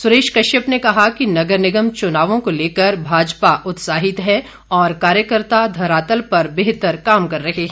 सुरेश कश्यप ने कहा कि नगर निगम चुनावों को लेकर भाजपा उत्साहित है और कार्यकर्ता धरातल पर बेहतर काम कर रहे हैं